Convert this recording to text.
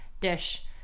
dish